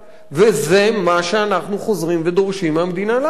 וזה מה שאנחנו חוזרים ודורשים מהמדינה לעשות.